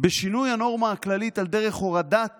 בשינוי הנורמה הכללית על דרך הורדת